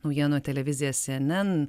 naujienų televizija cnn